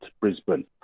Brisbane